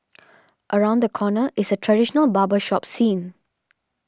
around the corner is a traditional barber shop scene